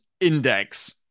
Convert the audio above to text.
Index